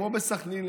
כמו בסח'נין,